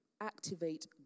activate